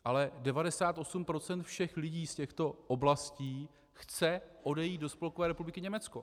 Ale 98 % všech lidí z těchto oblastí chce odejít do Spolkové republiky Německo.